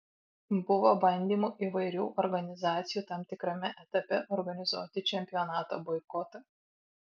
buvo bandymų įvairių organizacijų tam tikrame etape organizuoti čempionato boikotą